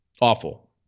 Awful